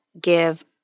give